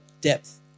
depth